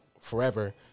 forever